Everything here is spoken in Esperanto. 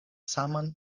saman